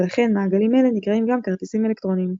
ולכן מעגלים אלה נקראים גם כרטיסים אלקטרוניים.